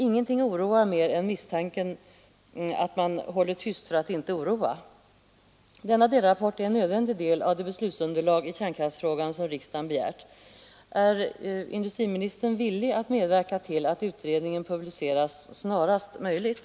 Ingenting oroar mer än misstanken att någon håller tyst för att inte oroa. Denna delrapport är en nödvändig del av det beslutsunderlag i kärnkraftfrågan som riksdagen begärt. Är industriministern villig att medverka till att utredningen publiceras snarast möjligt?